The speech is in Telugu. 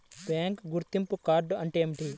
బ్యాంకు గుర్తింపు కార్డు అంటే ఏమిటి?